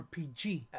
RPG